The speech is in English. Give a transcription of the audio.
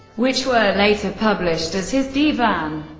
which were later published as his divan.